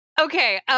Okay